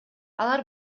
алар